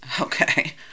Okay